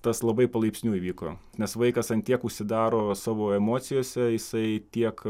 tas labai palaipsniui vyko nes vaikas ant tiek užsidaro savo emocijose jisai tiek